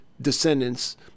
descendants